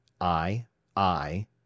I—I